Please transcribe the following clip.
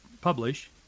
publish